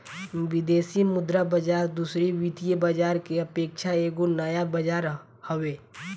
विदेशी मुद्रा बाजार दूसरी वित्तीय बाजार के अपेक्षा एगो नया बाजार हवे